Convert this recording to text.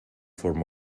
forma